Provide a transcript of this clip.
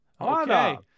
Okay